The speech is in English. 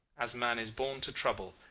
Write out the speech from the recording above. as man is born to trouble,